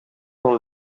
dans